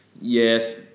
yes